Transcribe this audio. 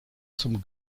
zum